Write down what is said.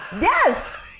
Yes